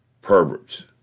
perverts